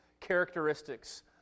characteristics